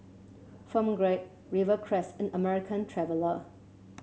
Film Grade Rivercrest and American Traveller